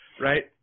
right